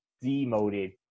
demoted